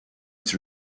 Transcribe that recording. its